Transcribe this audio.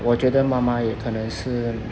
我觉得妈妈也可能是